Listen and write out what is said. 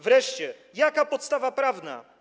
Wreszcie: jaka jest podstawa prawna?